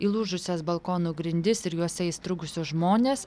įlūžusias balkonų grindis ir jose įstrigusius žmones